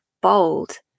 bold